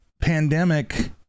Pandemic